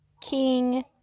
king